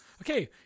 Okay